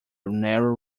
narrow